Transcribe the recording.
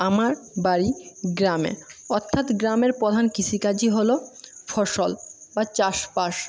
আমার বাড়ি গ্রামে অর্থাৎ গ্রামের ধান কিষিকাজই হল ফসল বা চাষবাস